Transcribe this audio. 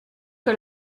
que